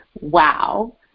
Wow